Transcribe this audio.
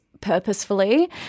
purposefully